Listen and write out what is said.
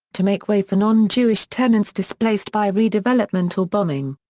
to make way for non-jewish tenants displaced by redevelopment or bombing.